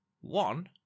one